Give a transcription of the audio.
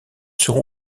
sur